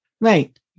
Right